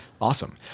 Awesome